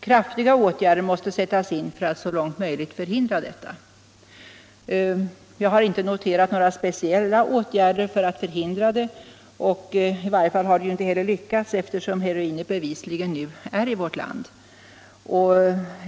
—-—- Kraftiga åtgärder måste sättas in för att så långt möjligt förhindra det.” Jag har inte noterat några speciella åtgärder för att förhindra detta missbruk. I varje fall har det inte lyckats, eftersom heroinet bevisligen nu är i vårt land.